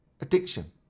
addiction